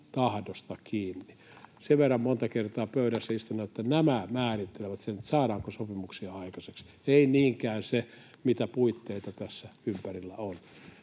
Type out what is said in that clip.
tahdosta kiinni. Sen verran monta kertaa pöydässä olen istunut, että nämä määrittelevät sen, saadaanko sopimuksia aikaiseksi, ei niinkään se, mitä puitteita tässä ympärillä on.